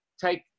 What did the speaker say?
take